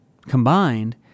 combined